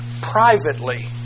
privately